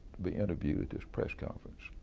be interviewed at this press conference.